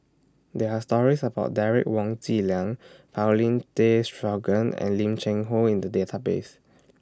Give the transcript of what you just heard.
There Are stories about Derek Wong Zi Liang Paulin Tay Straughan and Lim Cheng Hoe in The Database